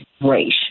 race